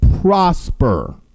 prosper